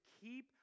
keep